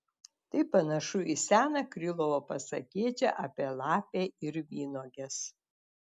tai panašu į seną krylovo pasakėčią apie lapę ir vynuoges